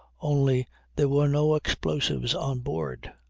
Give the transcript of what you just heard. only there were no explosives on board.